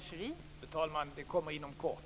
Fru talman! Det kommer inom kort.